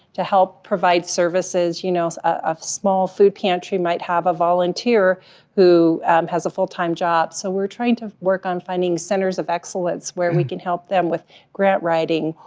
to help provide services. you know, a small food pantry might have a volunteer who has a full-time job. so we're trying to work on finding centers of excellence, where we can help them with grant writing,